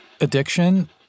Addiction